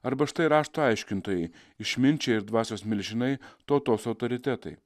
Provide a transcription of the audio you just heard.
arba štai rašto aiškintojai išminčiai ir dvasios milžinai tautos autoritetai